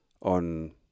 on